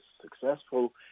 successful